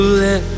let